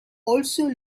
also